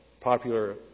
popular